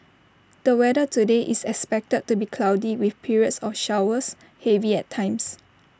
the weather today is expected to be cloudy with periods of showers heavy at times